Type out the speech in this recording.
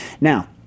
Now